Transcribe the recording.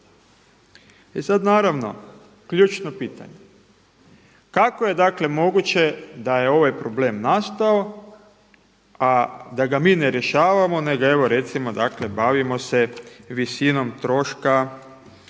I sad naravno ključno pitanje. Kako je dakle moguće da je ovaj problem nastao a da ga mi ne rješavamo, nego evo recimo bavimo se visinom troška